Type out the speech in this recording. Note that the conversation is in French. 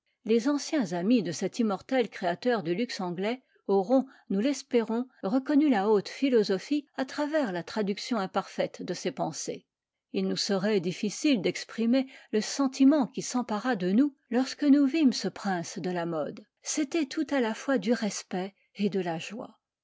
les anciens amis de cet immortel créateur du luxe anglais auront nous l'espérons reconnu la haute philosophie à travers la traduction imparfaite de ses pensées il nous serait difficile d'exprimer le sentiment qui s'empara de nous lorsque nous vîmes ce prince de la mode c'était tout à la fois du respect et de la joie